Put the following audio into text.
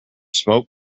smoke